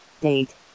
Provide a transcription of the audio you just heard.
Date